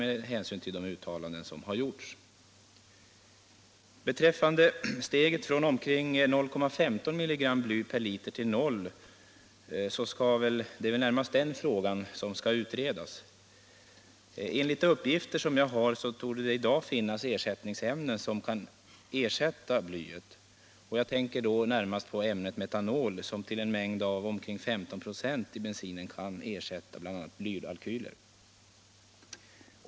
Den fråga som skall utredas är väl närmast en sänkning av blyhalten från omkring 0,15 g/l till 0. Enligt uppgifter som jag har fått torde det i dag finnas ersättningsämnen för blyet. Jag tänker då närmast på ämnet metanol, som till en mängd av omkring 15 96 i bensin kan ersätta bl.a. blyalkyler.